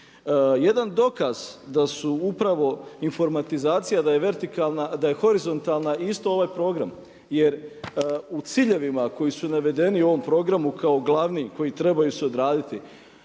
Jedan dokaz da upravo informatizacija je horizontalna je isto ovaj program. Jer u ciljevima koji su navedeni u ovom programu kao glavni koji trebaju se odraditi